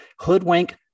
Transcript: hoodwink